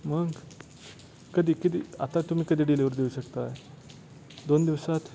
मग कधी कधी आता तुम्ही कधी डिलेवरी देऊ शकताय दोन दिवसात